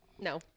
No